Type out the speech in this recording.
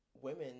women